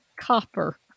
copper